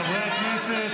חברי הכנסת,